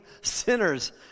sinners